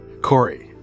Corey